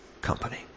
company